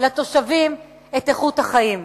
את איכות החיים.